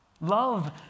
Love